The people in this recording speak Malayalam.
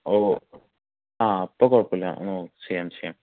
ഓ ഓ ആ അപ്പോൾ കുഴപ്പമില്ല ചെയ്യാം ചെയ്യാം